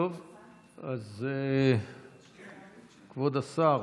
טוב, אז כבוד השר